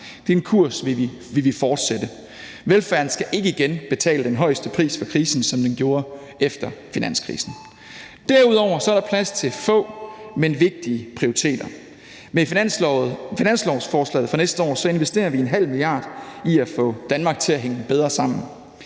Det er en kurs, vi vil fortsætte. Velfærden skal ikke igen betale den højeste pris for krisen, som den gjorde efter finanskrisen. Derudover er der plads til få, men vigtige prioriteter. Med finanslovsforslaget for næste år investerer vi 0,5 mia. kr. i at få Danmark til at hænge bedre sammen.